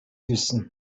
wissen